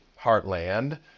heartland